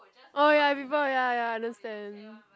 oh ya people ya ya understand